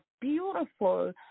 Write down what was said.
beautiful